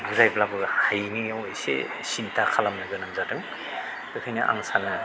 बुजायब्लाबो हायिनि एसे सिन्था खालामनो गोनां जादों बेनिखायनो आं सानो